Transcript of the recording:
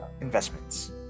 investments